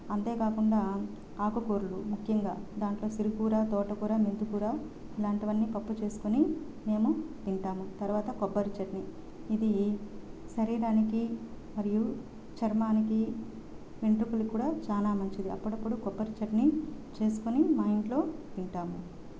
అంతేకాకుండా ఆకుకూరలు ముఖ్యంగా దాంట్లో సిరి కూర తోటకూర మెంతుకూర ఇలాంటివన్నీ పప్పు చేసుకొని మేము తింటాము తర్వాత కొబ్బరి చట్నీ ఇది శరీరానికి మరియు చర్మానికి వెంట్రుకలకు కూడా చాలా మంచిది అప్పుడప్పుడు కొబ్బరి చట్నీ చేసుకొని మా ఇంట్లో తింటాము